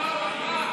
מהמבוכה הזאת.